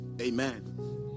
Amen